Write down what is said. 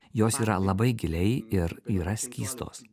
jos yra labai giliai ir yra skystos